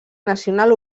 nacional